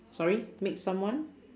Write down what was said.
sorry make someone